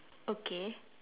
okay